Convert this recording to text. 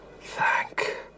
Thank